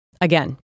again